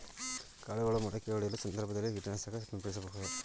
ಕಾಳುಗಳು ಮೊಳಕೆಯೊಡೆಯುವ ಸಂದರ್ಭದಲ್ಲಿ ಕೀಟನಾಶಕವನ್ನು ಸಿಂಪಡಿಸಬಹುದೇ?